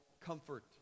comfort